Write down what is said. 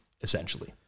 essentially